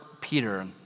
Peter